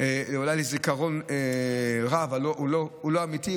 תאריך לזיכרון רע, אבל הוא לא אמיתי.